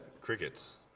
crickets